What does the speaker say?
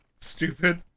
stupid